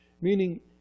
meaning